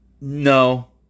No